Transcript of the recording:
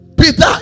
Peter